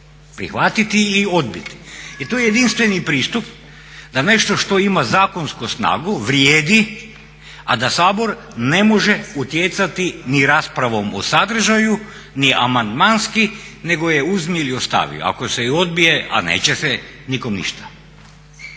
Prihvatiti ili odbiti. I tu je jedinstveni pristup da nešto što ima zakonsku snagu vrijedi a da Sabor ne može utjecati ni raspravom o sadržaju ni amandmanski nego je uzmi ili ostavi. Ako se i odbije a neće se, nikome ništa.